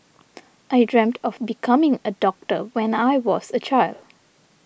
I dreamt of becoming a doctor when I was a child